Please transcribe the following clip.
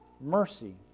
mercy